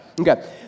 Okay